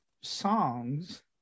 songs